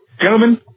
Gentlemen